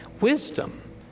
wisdom